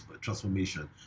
transformation